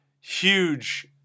huge